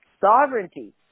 sovereignty